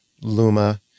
Luma